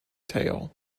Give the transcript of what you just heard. tail